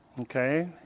Okay